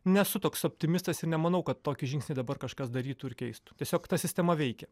nesu toks optimistas ir nemanau kad tokį žingsnį dabar kažkas darytų ir keistų tiesiog ta sistema veikia